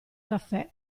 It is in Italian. caffè